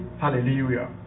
hallelujah